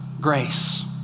grace